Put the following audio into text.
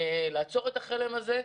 בעיניי, לפחות, לעצור את החלם הזה.